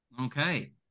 okay